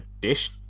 dish